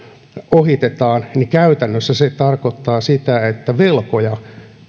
ohitetaan että käytännössä se tarkoittaa sitä että velkoja